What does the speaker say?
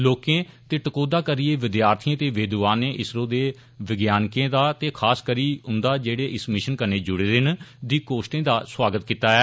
लोकें ते टकोदा करियै विद्यार्थिएं ते विद्वानें इस्रो दे सांइसदानें दा ते खास करी उंदा जेड़े इस मिषन कन्नै जुड़े दे न दी कोष्टें दा सौआगत कीता ऐ